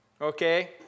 Okay